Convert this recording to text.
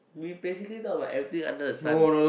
we basically talk about everything under the sun